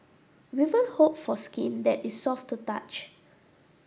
women hope for skin that is soft to touch